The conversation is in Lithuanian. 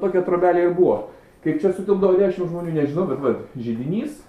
tokia trobelė ir buvo kaip čia sutilpdavo dešimt žmonių nežinau bet vat židinys